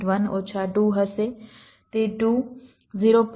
1 ઓછા 2 હશે તે 2 0